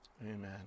Amen